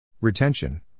Retention